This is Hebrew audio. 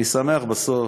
אני שמח שבסוף